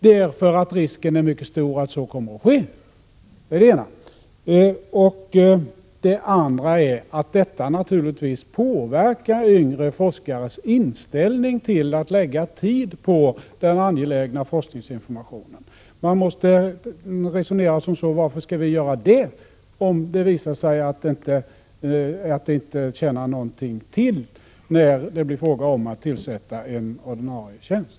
Risken är nämligen mycket stor att så kommer att bli fallet. Dessutom påverkar naturligtvis detta yngre forskares inställning till att lägga ned tid på den angelägna forskningsinformationen. Man resonerar säkert: Varför skall vi göra detta, om det visar sig att det inte tjänar någonting till när det blir fråga om att tillsätta en ordinarie tjänst?